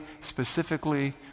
specifically